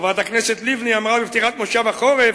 חברת הכנסת לבני אמרה בפתיחת כנס החורף: